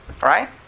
Right